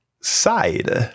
side